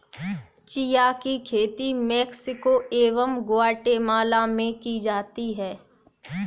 chia की खेती Mexico एवं ग्वाटेमाला में की जाती है